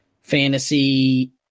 fantasy